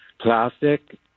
plastic